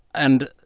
and,